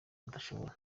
atashobora